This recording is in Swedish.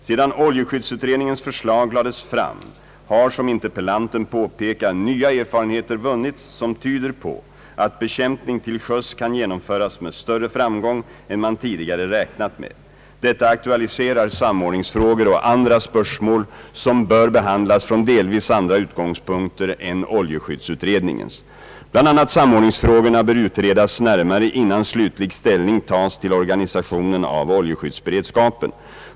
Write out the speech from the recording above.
Sedan oljeskyddsutredningens förslag lades fram har, som interpellanten påpekar, nya erfarenheter vunnits som tyder på att bekämpning till sjöss kan genomföras med större framgång än man tidigare räknat med. Detta aktualiserar samordningsfrågor och andra spörsmål som bör behandlas från delvis andra utgångspunkter än oljeskyddsutredningens. Bl. a. samordningsfrågorna bör utredas närmare innan slutlig ställning tas till organisationen av oljeskyddsberedskapen.